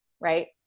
Right